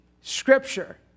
scripture